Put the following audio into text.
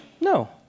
no